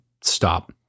stop